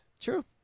True